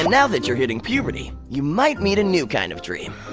now that you're hitting puberty you might meet a new kind of dream,